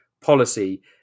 policy